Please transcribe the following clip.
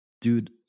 dude